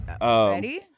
Ready